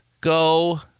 go